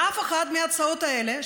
לאף אחת מההצעות האלה,